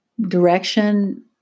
direction